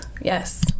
yes